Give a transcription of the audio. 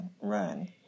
run